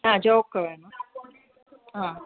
ആ ചോക്ക് വേണം ആ